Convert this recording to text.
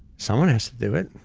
someone has to do it.